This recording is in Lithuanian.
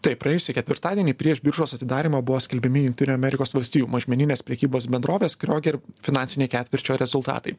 taip praėjusį ketvirtadienį prieš biržos atidarymą buvo skelbiami jungtinių amerikos valstijų mažmeninės prekybos bendrovės krioger finansiniai ketvirčio rezultatai